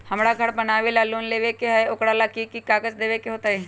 हमरा घर बनाबे ला लोन लेबे के है, ओकरा ला कि कि काग़ज देबे के होयत?